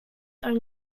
are